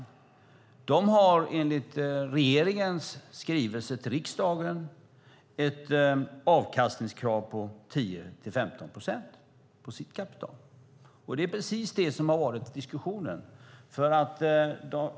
Detta företag har enligt regeringens skrivelse till riksdagen ett avkastningskrav på 10-15 procent på sitt kapital. Det är precis det som diskussionen har handlat om.